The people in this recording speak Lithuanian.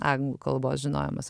anglų kalbos žinojimas